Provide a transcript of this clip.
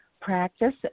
practice